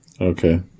Okay